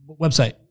website